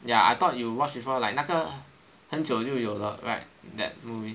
ya I thought you watched before like 那个很久就有了 right that movie